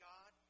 God